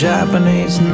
Japanese